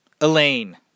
Elaine